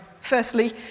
Firstly